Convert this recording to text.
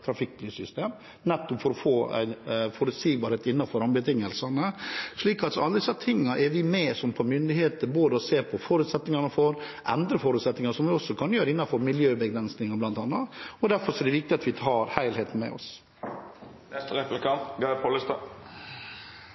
trafikklyssystem nettopp for å få forutsigbarhet innenfor rammebetingelsene. Alt dette er vi, fra myndighetenes side, med på – både å se på forutsetninger for noe og endre forutsetningene for noe, som vi kan gjøre bl.a. når det gjelder miljøbegrensninger. Derfor er det viktig at vi har med oss